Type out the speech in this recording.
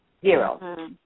Zero